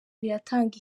biratanga